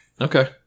Okay